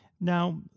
Now